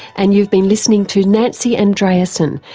and you've been listening to nancy andreasen,